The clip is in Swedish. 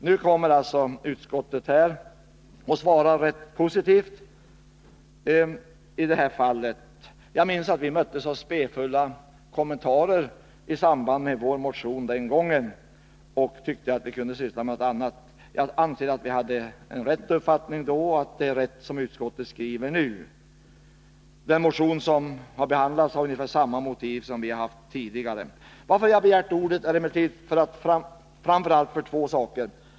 Nu svarar utskottet rätt positivt. Jag minns att vi möttes av spefulla kommentarer i samband med vår motion den gången. Man tyckte att vi kunde syssla med något annat. Men jag anser att vår uppfattning var riktig och att det som utskottet nu skriver är rätt. Den motion som nu har behandlats har ungefär samma motiv som vi haft tidigare. Jag har emellertid begärt ordet framför allt för att säga två saker.